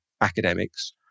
academics